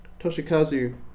Toshikazu